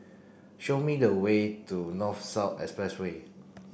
show me the way to North South Expressway